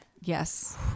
Yes